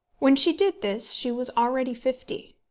when she did this she was already fifty.